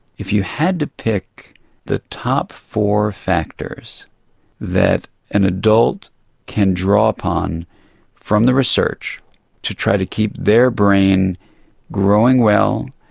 if you had to pick the top four factors that an adult can draw upon from the research to try to keep their brain growing well,